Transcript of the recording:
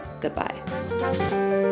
goodbye